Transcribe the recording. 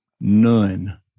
none